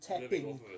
tapping